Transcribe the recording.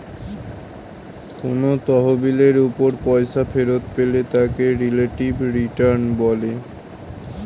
কোন তহবিলের উপর পয়সা ফেরত পেলে তাকে রিলেটিভ রিটার্ন বলে